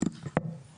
ואני